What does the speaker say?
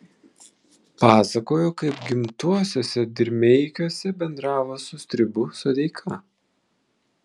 pasakojo kaip gimtuosiuose dirmeikiuose bendravo su stribu sodeika